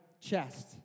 chest